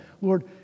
Lord